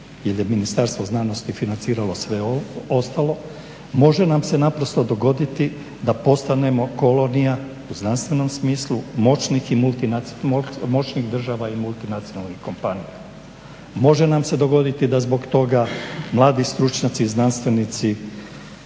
jer je Ministarstvo znanosti financiralo sve ostalo može nam se naprosto dogoditi da postanemo kolonija, u znanstvenom smislu, moćnih država i multinacionalnih kompanija. Može nam se dogoditi da zbog toga mladi stručnjaci i znanstvenici